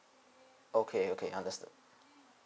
okay okay understood